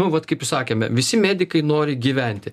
nu vat kaip sakėme visi medikai nori gyventi